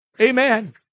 Amen